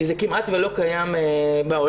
כי זה כמעט ולא קיים בעולם,